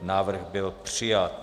Návrh byl přijat.